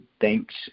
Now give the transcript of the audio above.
Thanks